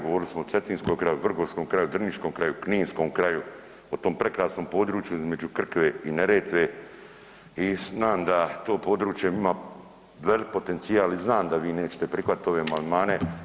Govorili smo o cetinskom kraju, vrgorskom kraju, drniškom kraju, kninskom kraju o tom prekrasnom području između Krke i Neretve i znam da to područje ima veliki potencijal i znam da vi nećete prihvatiti ove amandmane.